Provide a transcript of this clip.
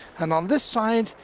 and on this side,